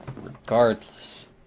regardless